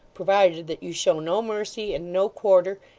provided that you show no mercy, and no quarter,